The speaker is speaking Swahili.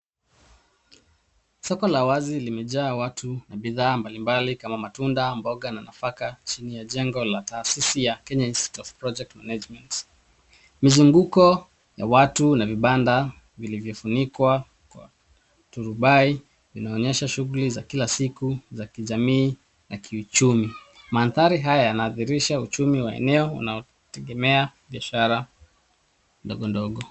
Soko la wazi limejaa watu na bidhaa mbalimbali kama matunda, mboga na nafaka chini ya jengo la taasisi ya Kenya institute of Project Management. Mzunguko ya watu na vibanda vilivyofunikwa kwa turubai inaonyesha shughuli za kila siku za kijamii na kiuchumi. Mandhari haya yanaathirisha uchumi wa eneo unaotegemea biashara ndogo ndogo.